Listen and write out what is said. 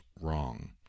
wrong